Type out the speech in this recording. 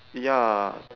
ya